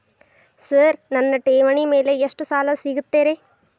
Sir ನನ್ನ ಠೇವಣಿ ಮೇಲೆ ಎಷ್ಟು ಸಾಲ ಸಿಗುತ್ತೆ ರೇ?